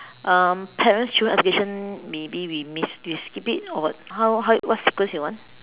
um parents dreams aspiration maybe we miss we skip it or what how how what sequence you want